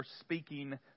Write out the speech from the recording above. speaking